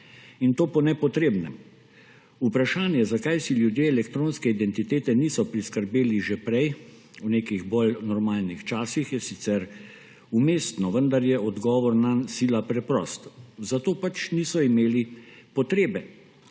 in to po nepotrebnem. Vprašanje, zakaj si ljudje elektronske identitete niso priskrbeli že prej, v nekih bolj normalnih časih, je sicer umestno, vendar je odgovor nanj sila preprost – po tem pač niso imeli potrebe.